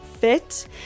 fit